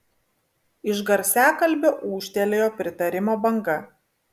iš garsiakalbio ūžtelėjo pritarimo banga